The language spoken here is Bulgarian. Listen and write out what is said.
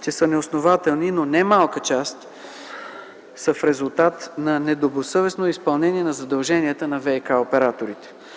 че са неоснователни, но немалка част са в резултат на недобросъвестно изпълнение на задълженията на ВиК операторите.